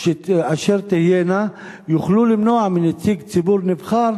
אשר תהיינה יוכלו למנוע מנציג ציבור נבחר